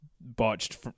botched